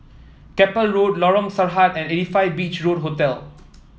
Keppel Road Lorong Sarhad and eight five Beach Road Hotel